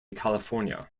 california